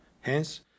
Hence